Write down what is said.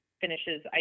finishes